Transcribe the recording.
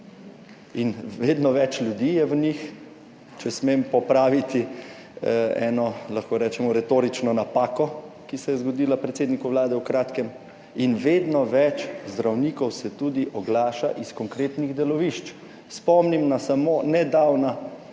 in vedno več ljudi je v njih, če smem popraviti eno, lahko rečemo retorično napako, ki se je zgodila predsedniku Vlade pred kratkim, in vedno več zdravnikov se tudi oglaša iz konkretnih delovišč. Spomnim na samo nedavna